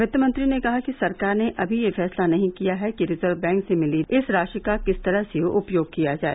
वित्तमंत्री ने कहा कि सरकार ने अभी यह फैसला नहीं किया है कि रिजर्व बैंक से मिली इस राशि का किस तरह से उपयोग किया जाए